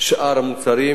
שאר המוצרים,